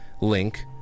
link